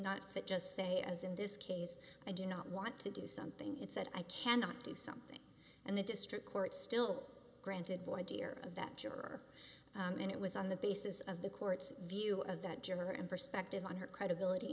sit just say as in this case i do not want to do something it said i cannot do something and the district court still granted void tear of that juror and it was on the basis of the court's view of that juror and perspective on her credibility